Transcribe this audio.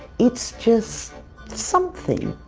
it's just something.